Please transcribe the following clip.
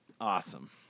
Awesome